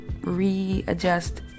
readjust